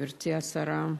גברתי השרה,